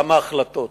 כמה החלטות.